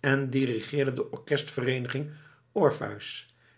en dirigeerde de orkestvereeniging orpheus